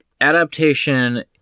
Adaptation